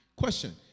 question